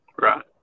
Right